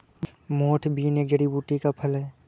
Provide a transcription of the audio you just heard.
मोठ बीन एक जड़ी बूटी का फल है